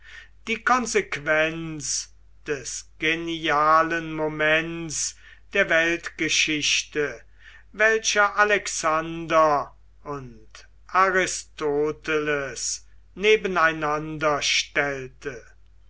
die konsequenz des genialen moments der weltgeschichte welcher alexander und aristoteles nebeneinander stellte